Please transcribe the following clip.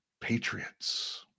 Patriots